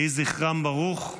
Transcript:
יהי זכרם ברוך.